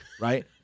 right